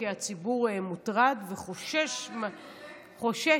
כי הציבור מוטרד וחושש מהעניין.